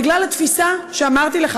בגלל התפיסה שאמרתי לך,